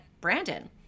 brandon